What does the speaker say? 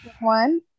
one